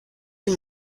die